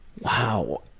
Wow